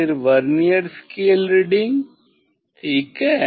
फिर vernier scale reading ठीक है